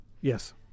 Yes